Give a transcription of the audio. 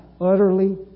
utterly